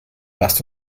lasst